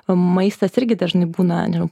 maistas irgi dažnai būna nežinau